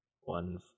one